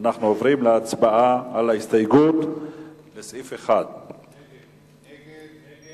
אנחנו עוברים להצבעה על ההסתייגות לסעיף 1. ההסתייגות של קבוצת סיעת